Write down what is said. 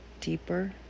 deeper